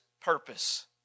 purpose